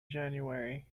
january